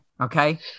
Okay